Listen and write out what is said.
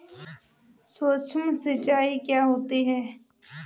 सुक्ष्म सिंचाई क्या होती है?